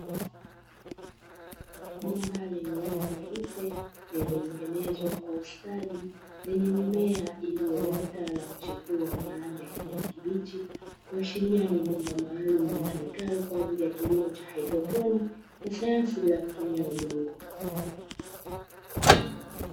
Bomba lenye rangi nyeupe lililotengenezwa kwa ustadi lenye mimea iliyoota na kuchipua kwa rangi ya kijani kibichi, kuashiria ni bomba maalumu litumikalo kwa ajili ya kilimo cha haidroponi ya sayansi bila kutumia udongo.